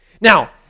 Now